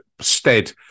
stead